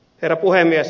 herra puhemies